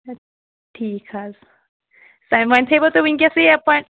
ٹھیٖک حظ تۅہہِ وۅنۍ تھٔوا تُہۍ وُنکیٚنسٕے ایپایٛنٹ